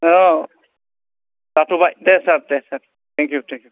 औ जाथ'बाय दे सार दे थेंकिउ थेंकिउ